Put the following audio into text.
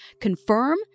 confirm